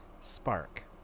spark